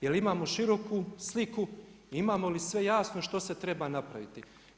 Jel imamo široku sliku i imamo li sve jasno što se treba napraviti?